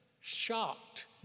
shocked